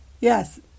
Yes